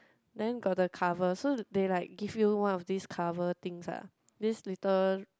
then got the cover so they like give you one of this cover things ah this little